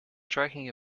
striking